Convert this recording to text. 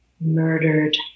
murdered